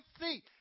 see